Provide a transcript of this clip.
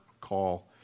call